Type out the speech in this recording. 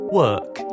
work